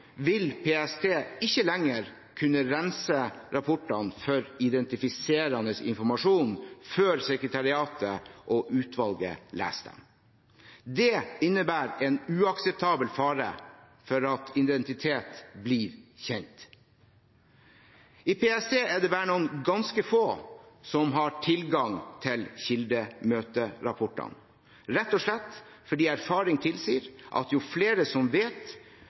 vil PST ikke lenger kunne rense rapportene for identifiserende informasjon før sekretariatet og utvalget leser dem. Det innebærer en uakseptabel fare for at identitet blir kjent. I PST er det bare noen ganske få som har tilgang til kildemøterapportene, rett og slett fordi erfaring tilsier at jo flere som vet,